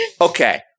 Okay